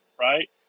right